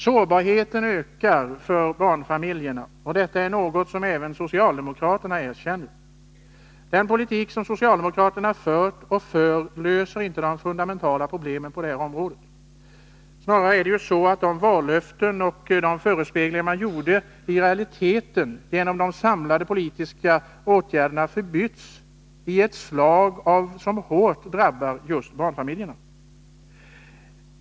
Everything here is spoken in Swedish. Sårbarheten ökar för barnfamiljerna, och detta är något som även socialdemokraterna erkänner. Den politik som socialdemokraterna har fört och för löser inte de fundamentala problemen på detta område. Snarare är det ju så att de vallöften och de förespeglingar man gjorde i realiteten genom de samlade politiska åtgärderna har förbytts i ett slag och hårt drabbar just barnfamiljerna.